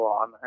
on